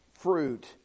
fruit